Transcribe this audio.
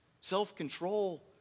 self-control